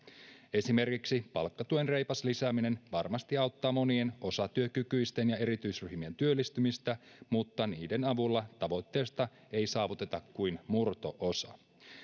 esimerkiksi palkkatuen reipas lisääminen varmasti auttaa monien osatyökykyisten ja erityisryhmien työllistymistä mutta niiden avulla tavoitteesta ei saavuteta kuin murto osa